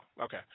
okay